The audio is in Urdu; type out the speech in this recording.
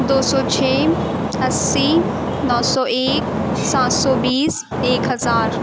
دو سو چھ اسّی نو سو ایک سات سو بیس ایک ہزار